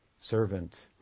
Servant